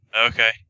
Okay